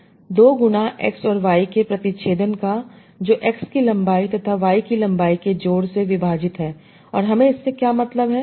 2 गुना X और Y के प्रतिच्छेदन का जो X की लंबाई तथा Y की लंबाई के जोड़ से विभाजित है और हमें इससे क्या मतलब है